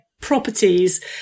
properties